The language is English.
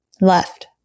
left